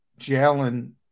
Jalen